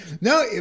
no